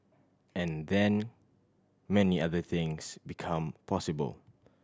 and then many other things become possible